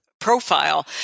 profile